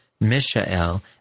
Mishael